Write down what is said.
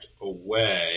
away